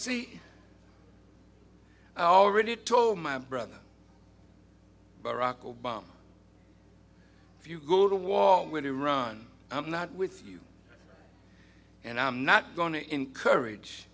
see i already told my brother barack obama if you go to war with iran i'm not with you and i'm not going to encourage